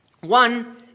One